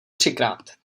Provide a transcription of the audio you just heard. třikrát